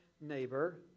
neighbor